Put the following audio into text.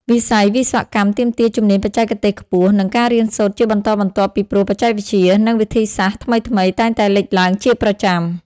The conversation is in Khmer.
វិស័យវិស្វកម្មទាមទារ ជំនាញបច្ចេកទេសខ្ពស់ និងការរៀនសូត្រជាបន្តបន្ទាប់ពីព្រោះបច្ចេកវិទ្យា និងវិធីសាស្រ្តថ្មីៗតែងតែលេចឡើងជាប្រចាំ។